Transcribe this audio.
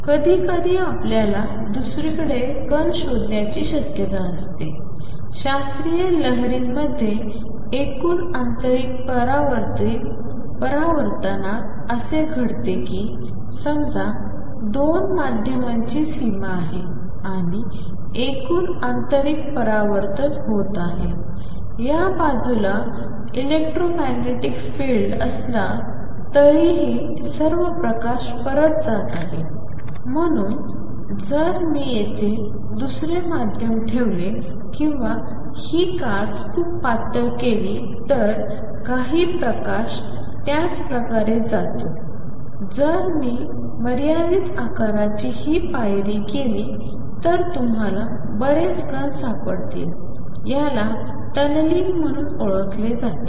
कधीकधी आपल्याला दुसरीकडे कण शोधण्याची शक्यता असते शास्त्रीय लहरींमध्ये एकूण आंतरिक परावर्तनात असे घडते की समजा 2 माध्यमांची सीमा आहे आणि एकूण आंतरिक परावर्तन होत आहे या बाजूला इलेक्ट्रोमॅग्नेटिक फील्ड असला तरीही सर्व प्रकाश परत जात आहे आणि म्हणून जर मी येथे दुसरे माध्यम ठेवले किंवा हि काच खूप पातळ केली तर काही प्रकाश त्याच प्रकारे जातो जर मी मर्यादित आकाराची ही पायरी केली तर तुम्हाला बरेच कण सापडतील याला टनेलिंग म्हणून ओळखले जाते